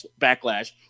backlash